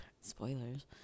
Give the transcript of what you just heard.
Spoilers